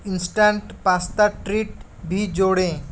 instant pasta treat भी जोड़ें